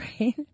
right